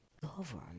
govern